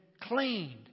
cleaned